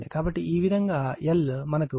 కాబట్టి ఈ విధంగా L మనకు 2